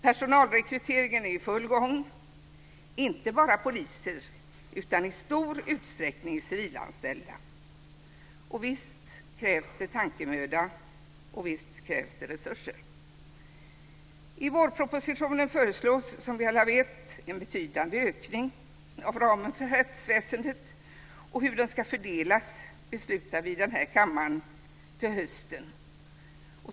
Personalrekryteringen är i full gång - det gäller då inte bara poliser utan också i stor utsträckning civilanställda - och visst krävs det tankemöda och visst krävs det resurser. I vårpropositionen föreslås det, som vi alla vet, en betydande ökning av ramen för rättsväsendet. Hur det här ska fördelas beslutar vi i denna kammare till hösten.